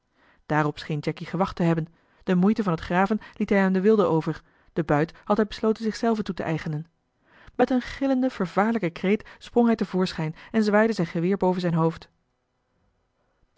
scheen jacky gewacht te hebben de moeite van het graven liet hij aan de wilden over den buit had hij besloten zichzelven toe te eigenen met een gillenden vervaarlijken kreet sprong hij te voorschijn en zwaaide zijn geweer boven zijn hoofd